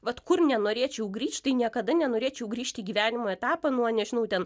vat kur nenorėčiau grįžt tai niekada nenorėčiau grįžt į gyvenimo etapą nuo nežinau ten